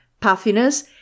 puffiness